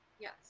Yes